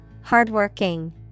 Hardworking